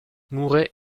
mouret